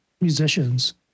musicians